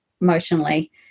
emotionally